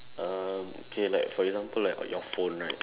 um okay like for example like your phone right